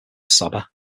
saba